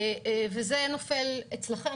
זה נופל אצלכם,